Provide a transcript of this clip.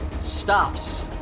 stops